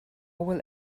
will